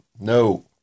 No